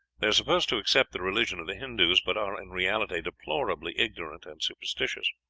they are supposed to accept the religion of the hindus, but are in reality deplorably ignorant and superstitious.